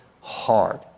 hard